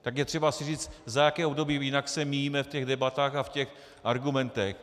Tak je třeba si říct, za jaké období, jinak se míjíme v těch debatách a v argumentech.